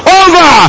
over